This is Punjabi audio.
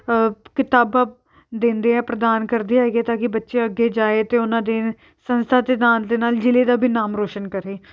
ਕਿਤਾਬਾਂ ਦਿੰਦੇ ਆ ਪ੍ਰਦਾਨ ਕਰਦੇ ਹੈਗੇ ਤਾਂ ਕਿ ਬੱਚਾ ਅੱਗੇ ਜਾਵੇ ਅਤੇ ਉਹਨਾਂ ਦੇ ਸੰਸਥਾ ਸਿਧਾਂਤ ਦੇ ਨਾਲ ਜ਼ਿਲ੍ਹੇ ਦਾ ਵੀ ਨਾਮ ਰੋਸ਼ਨ ਕਰੇ